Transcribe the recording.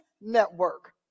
network